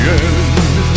end